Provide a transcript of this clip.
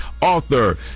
author